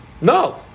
No